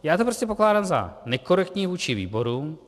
Já to prostě pokládám za nekorektní vůči výborům.